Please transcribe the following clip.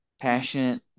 passionate